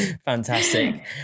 Fantastic